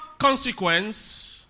consequence